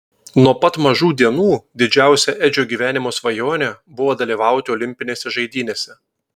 nuo pat mažų dienų didžiausia edžio gyvenimo svajonė buvo dalyvauti olimpinėse žaidynėse